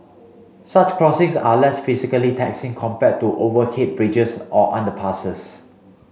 such crossings are less physically taxing compared to overhead bridges or underpasses